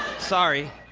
sorry.